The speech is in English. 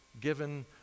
given